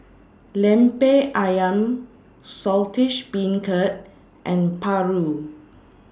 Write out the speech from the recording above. Lemper Ayam Saltish Beancurd and Paru